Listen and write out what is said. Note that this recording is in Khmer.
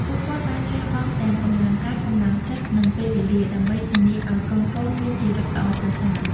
ពួកគាត់បានលះបង់ទាំងកម្លាំងកាយ កម្លាំងចិត្ត និងពេលវេលា ដើម្បីធានាឲ្យកូនៗមានជីវិតល្អប្រសើរ។